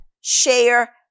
share